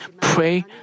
pray